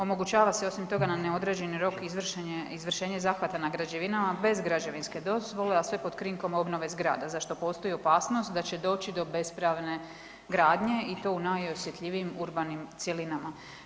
Omogućava se osim toga na određeni rok izvršenje, izvršenje zahvata na građevinama bez građevinske dozvole, a sve pod krinkom obnove zgrada za što postoji opasnost da će doći do bespravne gradnje i to u najosjetljivijim urbanim cjelinama.